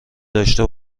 داشه